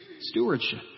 Stewardship